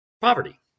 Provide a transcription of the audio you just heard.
poverty